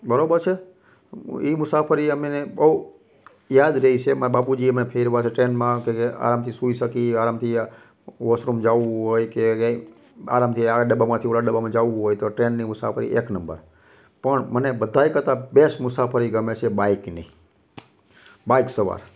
બરોબર છે એ મુસાફરી અમને બહુ યાદ રહી છે મારા બાપુજીએ અમને ફેરવ્યા છે ટ્રેનમાં કે કે આરામથી સૂઈ શકી આરામથી આ વોશરૂમ જવું હોય કે આરામથી આ ડબામાંથી પેલા ડબામાં જાવું હોય તો ટ્રેનની મુસાફરી એક નંબર પણ મને બધાય કરતાં બેસ્ટ મુસાફરી ગમે છે બાઇકની બાઇક સવાર